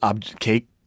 cake